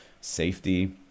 safety